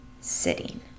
sitting